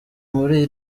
muri